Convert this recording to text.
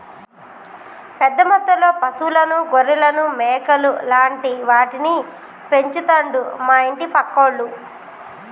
పెద్ద మొత్తంలో పశువులను గొర్రెలను మేకలు లాంటి వాటిని పెంచుతండు మా ఇంటి పక్కోళ్లు